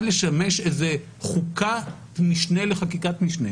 לשמש איזה חוקת משנה לחקיקת משנה.